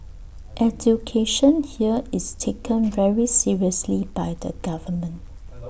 education here is taken very seriously by the government